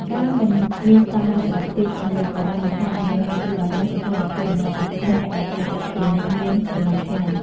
ការមិនមានស្តង់ដារសុវត្ថិភាពច្បាស់លាស់ក៏បានបង្កឱ្យមានការព្រួយបារម្ភចំពោះអ្នកដំណើរជាពិសេសអ្នកដែលត្រូវដឹកទំនិញមានតម្លៃថ្លៃ។